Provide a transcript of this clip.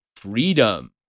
freedom